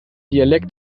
dialekt